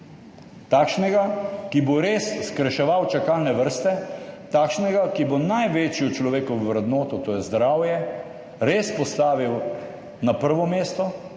Takšnega, ki bo res skrajševal čakalne vrste, takšnega, ki bo največjo človekovo vrednoto, to je zdravje, res postavil na prvo mesto,